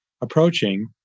approaching